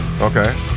Okay